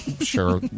sure